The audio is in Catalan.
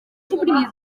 suprimir